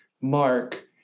Mark